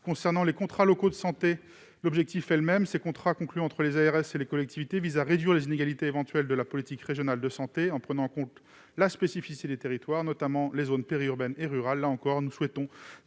s'agissant des contrats locaux de santé. Ces contrats, conclus entre les ARS et les collectivités, visent à réduire les inégalités éventuelles de la politique régionale de santé en prenant en compte la spécificité des territoires, notamment les zones périurbaines et rurales.